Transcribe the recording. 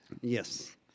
Yes